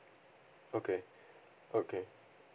okay okay